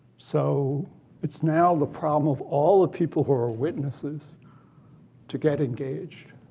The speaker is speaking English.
so it's now the problem of all the people who are witnesses to get engaged.